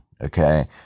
Okay